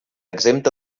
exempta